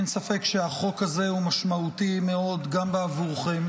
אין ספק שהחוק הזה הוא משמעותי מאוד גם בעבורכם,